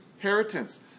inheritance